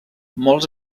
molts